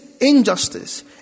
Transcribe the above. injustice